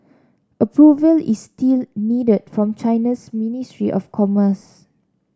approval is still needed from China's ministry of commerce